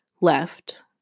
left